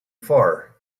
far